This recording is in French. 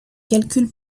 calcul